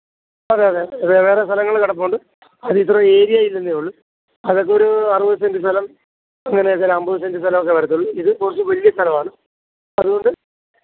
അതെ അതെ അതെ വേറെ സ്ഥലങ്ങൾ കിടപ്പുണ്ട് അതിത്ര ഏരിയ ഇല്ലന്നേ ഉള്ളൂ അതൊക്കെ ഒരു അറുപത് സെന്റ് സ്ഥലം അങ്ങനെയൊക്കൊരു അൻപത് സെന്റ് സ്ഥലം ഒക്കെ വരത്തൊള്ളു ഇത് കുറച്ച് വലിയ സ്ഥലമാണ് അത്കൊണ്ട്